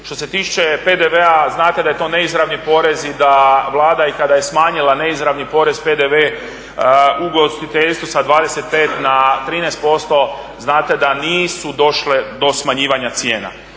Što se tiče PDV-a znate da je to neizravni porez i da Vlada i kada je smanjila neizravni porez PDV ugostiteljstvu sa 25 na 13% znate da nije došlo do smanjivanja cijena.